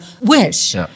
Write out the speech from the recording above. wish